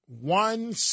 one